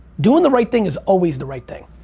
doing the right thing is always the right thing.